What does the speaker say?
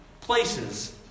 places